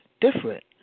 different